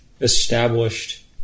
established